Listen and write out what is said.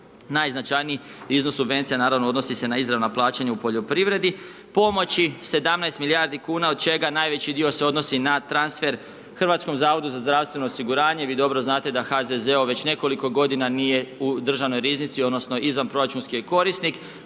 Najznačajniji iznos subvencija, odnosni se na izravna plaćanja u poljoprivredi, pomoći 17 milijardi kn, od čega najveći dio se odnosi na transfer HZZO-a vi dobro znate da HZZO, već nekoliko g. nije u državnoj riznici, odnosno, izvanproračunske korisnik,